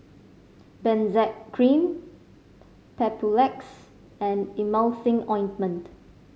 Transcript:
Benzac Cream Papulex and Emulsying Ointment